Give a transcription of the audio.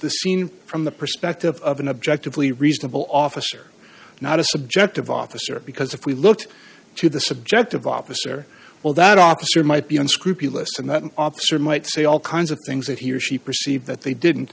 the scene from the perspective of an objective lee reasonable officer not a subject of officer because if we looked to the subject of officer well that officer might be unscrupulous and that an officer might say all kinds of things that he or she perceived that they didn't